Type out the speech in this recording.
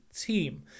team